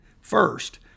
First